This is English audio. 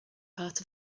part